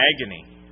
agony